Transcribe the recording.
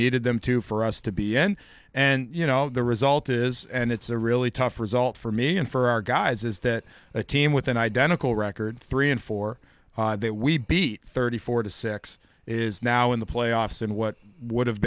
needed them to for us to be n and you know the result is and it's a really tough result for me and for our guys is that a team with an identical record three and four that we beat thirty four to six is now in the playoffs and what would have